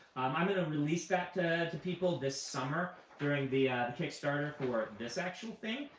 i'm going to release that to to people this summer during the kick starter for this actual thing,